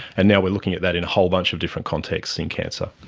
and now we are looking at that in a whole bunch of different contexts in cancer.